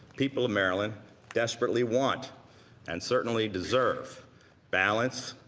people of maryland desperately want and certainly deserve balanced,